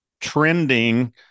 trending